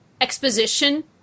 exposition